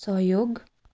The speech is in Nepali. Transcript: सहयोग